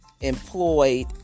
employed